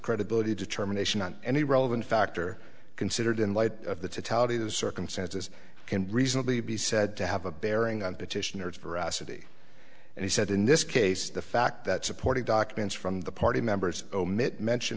credibility determination on any relevant factor considered in light of the tally those circumstances can reasonably be said to have a bearing on petitioners veracity and he said in this case the fact that supporting documents from the party members omit mention